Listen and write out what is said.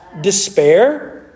despair